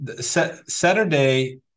Saturday